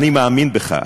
אני מאמין בך,